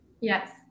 Yes